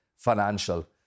financial